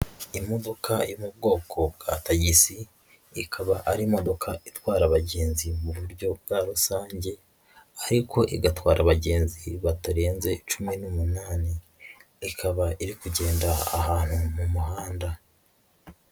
Imodoka yo mu bwoko bwa tagisi, ikaba ari imodoka itwara abagenzi mu buryo bwa rusange ariko igatwara abagenzi batarenze cumi n'umunani, ikaba iri kugenda ahantu mu muhanda.